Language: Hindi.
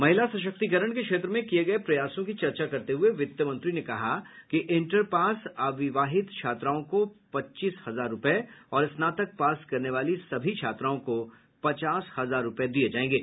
महिला सशक्तीकरण के क्षेत्र में किये गये प्रयासों की चर्चा करते हुए वित्त मंत्री ने कहा कि इंटर पास अविवाहित छात्राओं को पच्चीस हजार रूपये और स्नातक पास करने वाली सभी छात्राओं को पचास हजार रूपये दिये जायेंगे